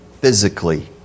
physically